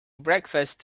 breakfast